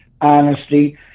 honesty